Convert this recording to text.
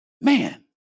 Man